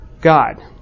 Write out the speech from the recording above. God